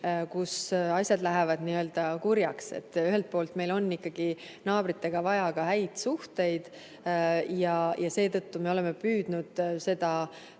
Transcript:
kus asjad lähevad n‑ö kurjaks? Ühelt poolt on meil ikkagi naabritega vaja ka häid suhteid. Seetõttu oleme püüdnud seda